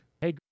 Hey